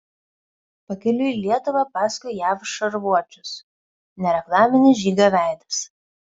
pakeliui į lietuvą paskui jav šarvuočius nereklaminis žygio veidas